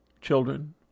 children